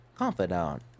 confidant